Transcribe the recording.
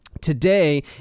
Today